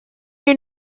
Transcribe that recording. your